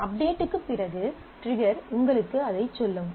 அப்டேட்க்குப் பிறகு ட்ரிகர் உங்களுக்கு அதைச் சொல்லும்